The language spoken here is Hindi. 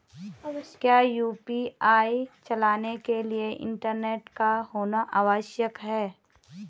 क्या यु.पी.आई चलाने के लिए इंटरनेट का होना आवश्यक है?